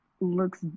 looks